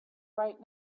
right